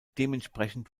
dementsprechend